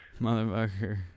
Motherfucker